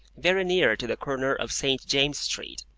very near to the corner of st. james's street.